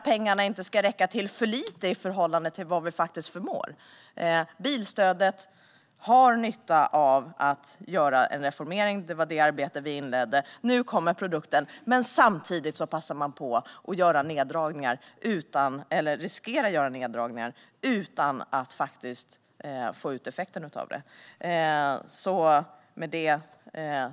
Pengarna ska inte räcka till för lite i förhållande till vad vi faktiskt förmår. Bilstödet har nytta av en reformering. Det var det arbetet som inleddes. Nu kommer produkten, men samtidigt riskerar det att bli neddragningar utan att få ut effekten av dem.